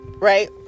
right